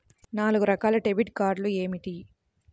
నాలుగు రకాల డెబిట్ కార్డులు ఏమిటి?